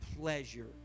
pleasure